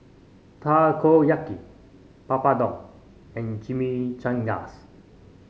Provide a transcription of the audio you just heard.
Takoyaki Papadum and Chimichangas